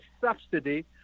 subsidy